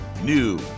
new